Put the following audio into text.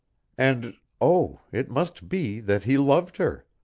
and, oh, it must be that he loved her!